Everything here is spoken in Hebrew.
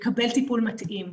ולקבל טיפול מתאים.